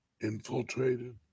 infiltrated